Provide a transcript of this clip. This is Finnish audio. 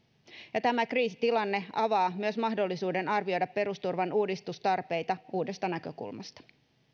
ja tämä kriisitilanne avaa myös mahdollisuuden arvioida perusturvan uudistustarpeita uudesta näkökulmasta